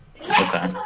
Okay